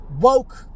Woke